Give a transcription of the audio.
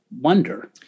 wonder